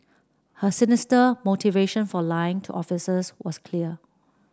her sinister motivation for lying to officers was clear